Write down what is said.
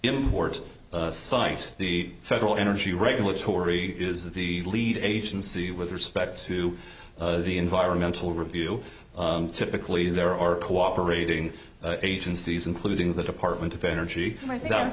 import site the federal energy regulatory is the lead agency with respect to the environmental review typically there are cooperating agencies including the department of energy and i